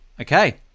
okay